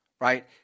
right